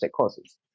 causes